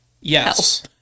yes